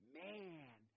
man